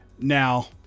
Now